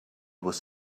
was